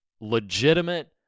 legitimate